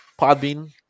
Podbean